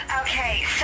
Okay